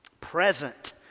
present